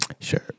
Sure